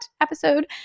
episode